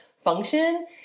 function